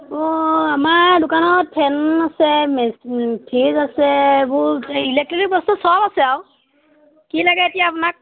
অঁ আমাৰ দোকানত ফেন আছে মে ফ্ৰিজ আছে এইবোৰ ইলেক্ট্ৰনিক বস্তু চব আছে আৰু কি লাগে এতিয়া আপোনাক